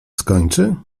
skończy